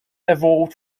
evolved